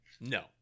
No